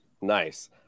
Nice